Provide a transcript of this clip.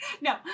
No